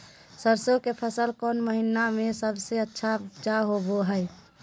सरसों के फसल कौन महीना में सबसे अच्छा उपज होबो हय?